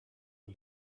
and